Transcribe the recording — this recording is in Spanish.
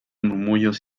murmullos